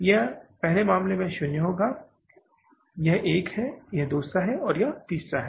यह पहले मामले में 0 होगा यह एक है यह दूसरा है और यह तीसरा है